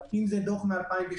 אם זה בדוח מ-2012,